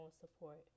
support